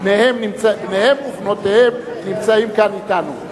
בניהן ובנותיהן נמצאים כאן אתנו.